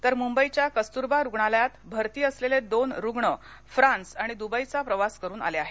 तर मुंबईच्या कस्तूरबा रुग्णालयात भरती असलेले दोन रुग्ण फ्रान्स आणि द्बईचा प्रवास करून आले आहेत